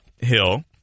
Hill